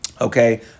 Okay